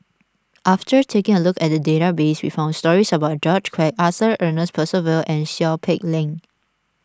after taking a look at the database we found stories about George Quek Arthur Ernest Percival and Seow Peck Leng